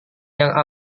yang